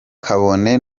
kabone